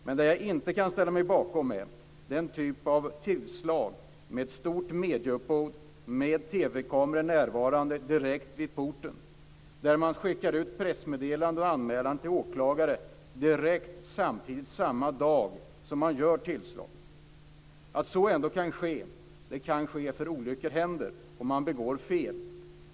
Men det jag inte kan ställa mig bakom är den här typen av tillslag med ett stort medieuppbåd, med TV kameror närvarande direkt vid porten och där man skickar ut pressmeddelande och anmälan till åklagare samma dag som man gör tillslaget. Att så ändå kan ske beror kanske på att olyckor händer och att man begår fel.